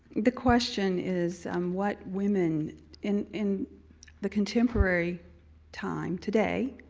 the question is what women in in the contemporary time, today,